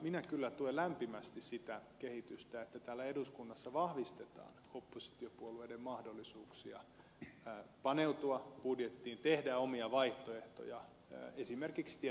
minä kyllä tuen lämpimästi sitä kehitystä että täällä eduskunnassa vahvistetaan oppositiopuolueiden mahdollisuuksia paneutua budjettiin tehdä omia vaihtoehtoja esimerkiksi tietopalvelujen osalta